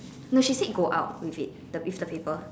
no she said go out with it with the paper